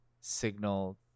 signal